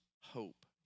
hope